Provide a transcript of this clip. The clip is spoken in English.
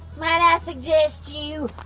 might i suggest you.